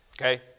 okay